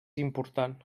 important